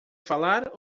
falar